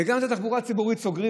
וגם את התחבורה הציבורית סוגרים.